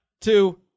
Two